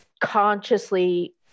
consciously